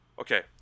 Okay